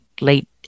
late